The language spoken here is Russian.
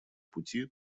пути